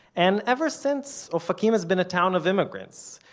and ever since, ofakim has been a town of immigrants.